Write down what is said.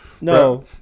No